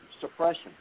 suppression